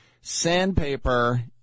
sandpaper